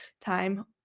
time